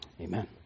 Amen